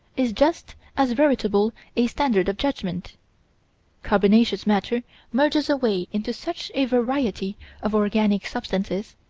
is just as veritable a standard of judgment carbonaceous matter merges away into such a variety of organic substances,